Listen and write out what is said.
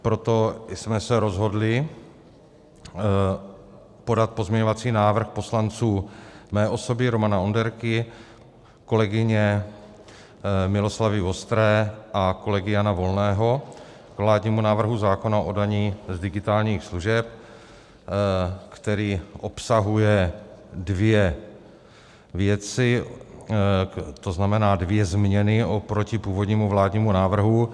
Proto jsme se rozhodli podat pozměňovací návrh poslanců mé osoby Romana Onderky, kolegyně Miloslavy Vostré a kolegy Jana Volného k vládnímu návrhu zákona o dani z digitálních služeb, který obsahuje dvě věci, to znamená dvě změny oproti původnímu vládnímu návrhu.